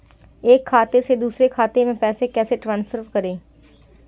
एक खाते से दूसरे खाते में पैसे कैसे ट्रांसफर करें?